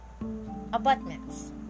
abutments